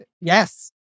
Yes